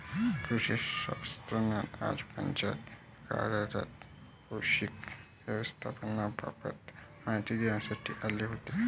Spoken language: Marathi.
कृषी शास्त्रज्ञ आज पंचायत कार्यालयात पोषक व्यवस्थापनाबाबत माहिती देण्यासाठी आले होते